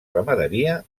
ramaderia